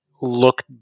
look